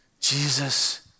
Jesus